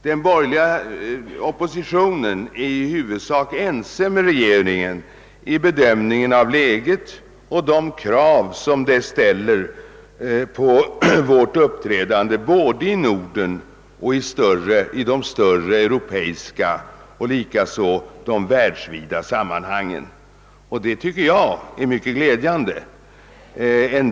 Den borgerliga oppositionen är i huvudsak ense med regeringen rörande bedömningen av läget och de krav det ställer på vårt uppträdande i både Norden och de större europeiska liksom de världsvida sammanhangen. För min del tycker jag att detta är mycket glädjande.